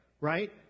right